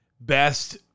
best